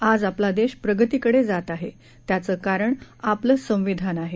आज आपला देश प्रगतीकडे जात आहे त्याचं कारण आपलं संविधान आहे